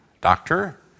Doctor